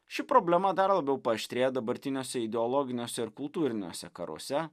ši problema dar labiau paaštrėja dabartiniuose ideologinius ir kultūriniuose karuose